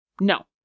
No